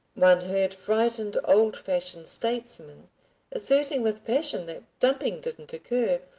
one heard frightened old-fashioned statesmen asserting with passion that dumping didn't occur,